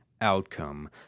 outcome